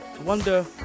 wonder